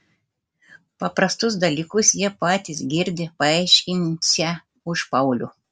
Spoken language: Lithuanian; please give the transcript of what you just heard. paprastus dalykus jie patys girdi paaiškinsią už paulių